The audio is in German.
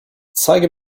zeige